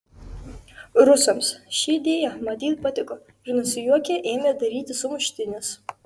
rusams ši idėja matyt patiko ir nusijuokę ėmė daryti sumuštinius